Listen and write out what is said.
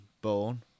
born